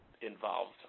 involved